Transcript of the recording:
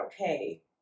okay